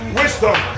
wisdom